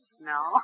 No